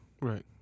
Right